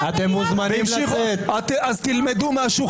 --- אז תלמדו משהו,